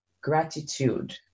gratitude